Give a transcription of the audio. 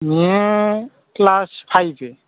মেয়ে ক্লাস ফাইভে